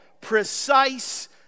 precise